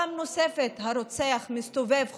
פעם נוספת הרוצח מסתובב חופשי,